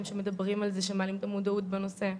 שמדברים על זה ומעלים את המודעות בנושא.